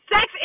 Sex